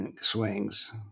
swings